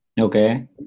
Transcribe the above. Okay